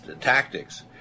tactics